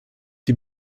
die